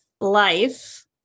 life